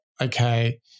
okay